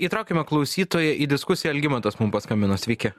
įtraukiame klausytoją į diskusiją algimantas mum paskambino sveiki